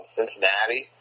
Cincinnati